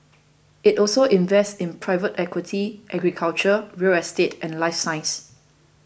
it also invests in private equity agriculture real estate and life science